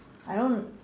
I don't